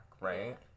right